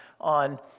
on